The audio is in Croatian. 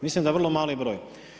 Mislim da vrlo mali broj.